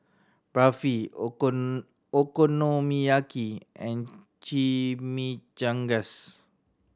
Barfi Okonomiyaki and Chimichangas